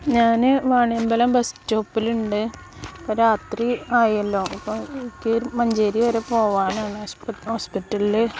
ഞാൻ വാണിയമ്പലം ബസ്സ് സ്റ്റോപ്പിലുണ്ട് ഇപ്പോൾ രാത്രി ആയല്ലോ ഇപ്പം എനിക്ക് മഞ്ചേരി വരെ പോവാനാണ് ഹോസ്പിറ്റലിൽ